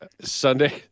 Sunday